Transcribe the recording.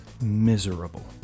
miserable